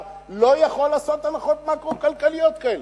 לא יכול לעשות הנחות מקרו-כלכליות כאלה.